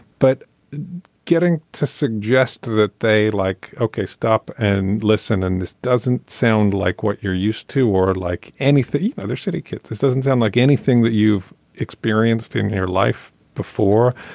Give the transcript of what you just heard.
but getting to suggest that they like okay stop and listen and this doesn't sound like what you're used to were like any other city kids. this doesn't sound like anything that you've experienced in your life before.